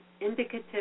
indicative